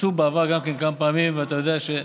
ניסו בעבר כמה פעמים, אתה יודע.